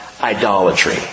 idolatry